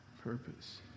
purpose